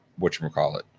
whatchamacallit